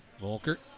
Volker